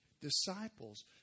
Disciples